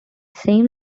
same